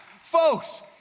Folks